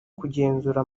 kugenzura